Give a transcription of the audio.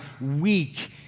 weak